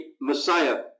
Messiah